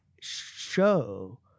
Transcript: show